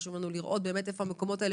חשוב לנו לראות היכן המקומות האלה